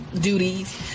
duties